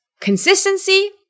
Consistency